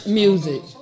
music